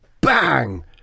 Bang